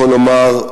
יכול לומר,